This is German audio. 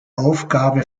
aufgabe